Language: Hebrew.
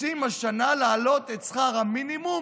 רוצים השנה להעלות את שכר המינימום